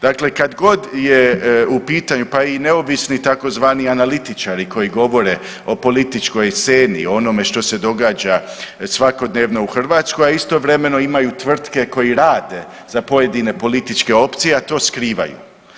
Dakle, kad god je u pitanju pa i neovisni, tzv. analitičari koji govore o političkoj sceni, o onome što se događa svakodnevno u Hrvatskoj, a istovremeno imaju tvrtke koji rade za pojedine političke opcije a to skrivaju.